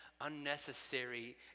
unnecessary